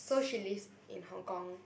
so she lives in Hong Kong